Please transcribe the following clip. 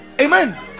Amen